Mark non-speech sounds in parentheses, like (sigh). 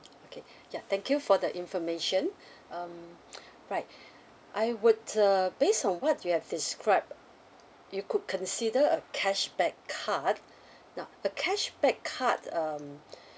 okay ya thank you for the information (breath) um (noise) right I would uh based on what you have described you could consider a cashback card lah a cashback card um (breath)